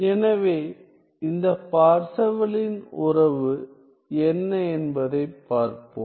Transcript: எனவே இந்த பார்செவலின் உறவு என்ன என்பதைப் பார்ப்போம்